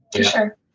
Sure